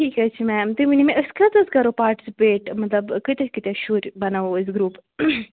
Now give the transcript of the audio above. ٹھیٖک حظ چھُ میم تُہۍ ؤنِو مےٚ أسۍ کٔژ حظ کَرو پاٹِسِپیٹ مطلب کۭتیاہ کۭتیاہ شُرۍ بناوو أسۍ گرُپ